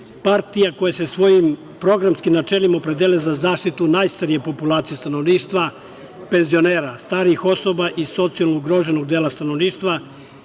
partija koja se svojim programskim načelima opredelila za zaštitu najstarije populacije stanovništva, penzionera, starijih osoba i socijalno ugroženog dela stanovništva,